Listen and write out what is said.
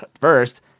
first